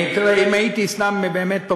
אם הייתי באמת סתם פופוליסט,